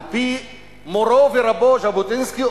על-פי מורו ורבו ז'בוטינסקי,